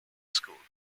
school